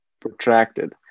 protracted